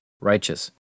righteous